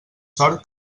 sort